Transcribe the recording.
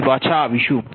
અમે પાછા આવીશું